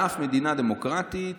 באף מדינה דמוקרטית,